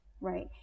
right